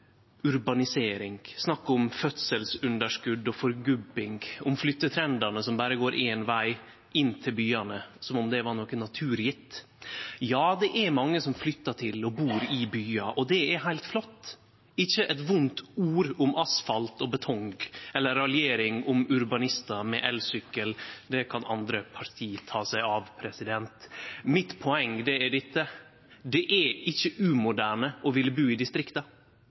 urbanisering, snakk om fødselsunderskot og forgubbing, om flyttetrendane som berre går éin veg, inn til byane, som om det var noko naturgjeve. Ja, det er mange som flyttar til og bur i byar, og det er heilt flott, ikkje eit vondt ord om asfalt og betong eller raljering om urbanistar med elsykkel. Det kan andre parti ta seg av. Mitt poeng er dette: Det er ikkje umoderne å ville bu i distrikta.